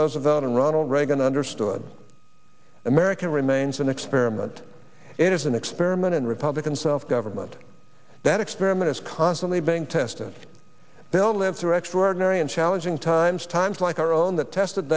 roosevelt and ronald reagan understood american remains an experiment it is an experiment in republican self government that experiment is constantly being tested to build them through extraordinary and challenging times times like our own that tested